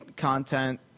content